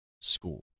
school